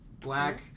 black